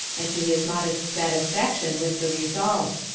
and to his modest satisfaction with the result.